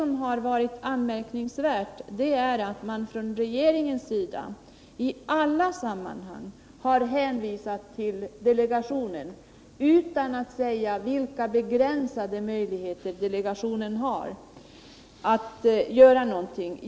Men det anmärkningsvärda är att man från regeringens sida i alla sammanhang har hänvisat till delegationen utan att säga vilka begränsade möjligheter delegationen har att göra någonting.